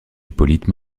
hippolyte